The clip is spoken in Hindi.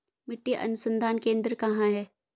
मिट्टी अनुसंधान केंद्र कहाँ है?